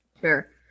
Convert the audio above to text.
Sure